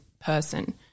person